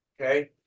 okay